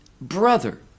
brother